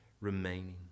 remaining